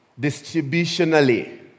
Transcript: distributionally